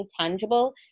tangible